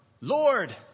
Lord